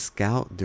Scout